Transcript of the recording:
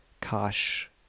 Kosh